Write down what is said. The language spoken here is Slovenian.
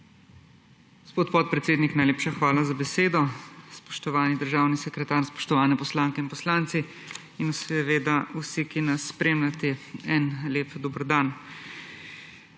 Gospod podpredsednik, najlepša hvala za besedo. Spoštovani državni sekretar in spoštovane poslanke in poslanci in seveda vsi, ki nas spremljate, eden lep dan!